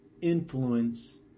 influence